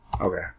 Okay